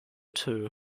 too